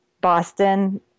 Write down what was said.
Boston